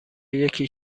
یکی